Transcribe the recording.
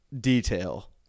detail